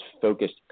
focused